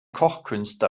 kochkünste